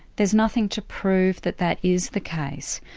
there's nothing to prove that that is the case.